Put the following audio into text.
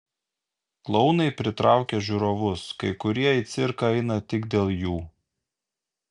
klounai pritraukia žiūrovus kai kurie į cirką eina tik dėl jų